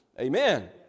Amen